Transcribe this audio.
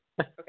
Okay